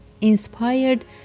inspired